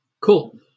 Cool